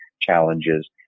challenges